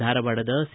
ಧಾರವಾಡದ ಸಿ